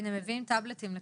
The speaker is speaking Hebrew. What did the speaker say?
הינה מביאים טאבלטים לכולם.